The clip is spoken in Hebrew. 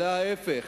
אלא להיפך,